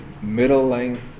middle-length